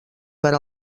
per